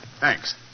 Thanks